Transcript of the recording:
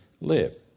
live